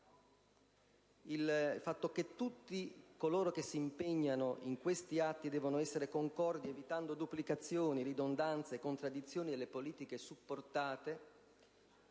di far sì che tutti coloro che si impegnano in questi atti siano concordi, evitando duplicazioni, ridondanze e contraddizioni delle politiche supportate;